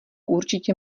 určitě